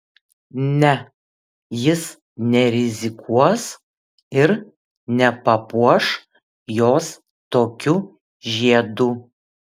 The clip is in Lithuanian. ne jis nerizikuos ir nepapuoš jos tokiu žiedu